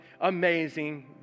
amazing